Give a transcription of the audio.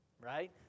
Right